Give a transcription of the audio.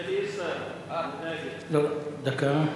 דקה.